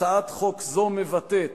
הצעת חוק זו מבטאת